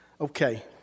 Okay